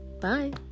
Bye